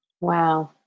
Wow